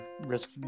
risk